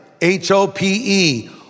H-O-P-E